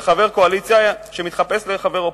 זה חבר קואליציה שמתחפש לחבר אופוזיציה.